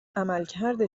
عملکرد